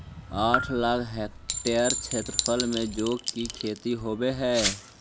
आठ लाख हेक्टेयर क्षेत्रफल में जौ की खेती होव हई